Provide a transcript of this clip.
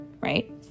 right